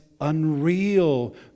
unreal